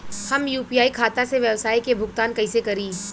हम यू.पी.आई खाता से व्यावसाय के भुगतान कइसे करि?